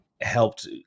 helped